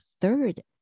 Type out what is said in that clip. third